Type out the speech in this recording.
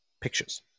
pictures